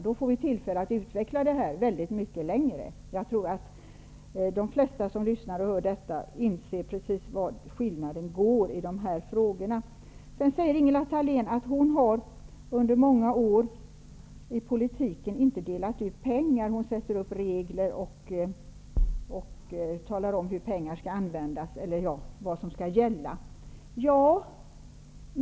Då får vi tillfälle att utveckla detta mer. Jag tror att de flesta som hör detta inser precis var skillnaden ligger i de här frågorna. Ingela Thalén säger att hon under sina många år i politiken inte har delat ut några pengar; hon sätter upp regler och talar om vad som skall gälla.